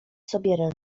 sobie